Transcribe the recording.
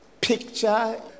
picture